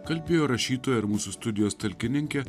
kalbėjo rašytoja ir mūsų studijos talkininkė